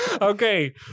Okay